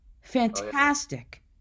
Fantastic